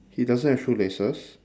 he doesn't have shoelaces